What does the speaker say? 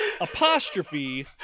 Apostrophe